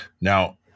Now